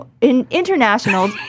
international